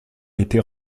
était